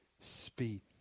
speed